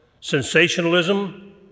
sensationalism